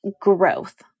growth